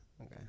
Okay